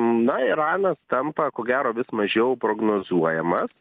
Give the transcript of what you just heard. na iranas tampa ko gero vis mažiau prognozuojamas